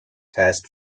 test